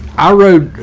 i wrote.